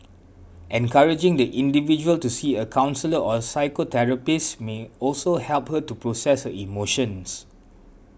encouraging the individual to see a counsellor or psychotherapist may also help her to process her emotions